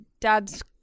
dad's